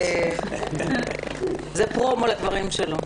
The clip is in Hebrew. זה פרומו לדבריו.